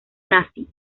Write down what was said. nazi